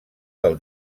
del